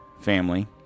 family